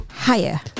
Higher